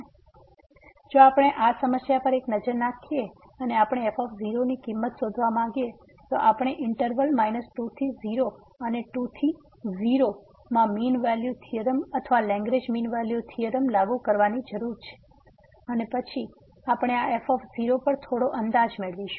તેથી જો આપણે આ સમસ્યા પર એક નજર નાખીએ અને આપણે f ની કિંમત શોધવા માંગીએ તો આપણે ઈંટરવલ 2 થી 0 અને 2 થી 0 માં મીન વેલ્યુ થીયોરમ અથવા લગ્રેંજ મીન વેલ્યુ થીયોરમ લાગુ કરવાની જરૂર છે અને પછી આપણે આ f પર થોડો અંદાજ મેળવીશું